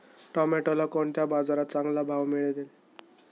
टोमॅटोला कोणत्या बाजारात चांगला भाव मिळेल?